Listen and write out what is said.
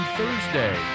Thursday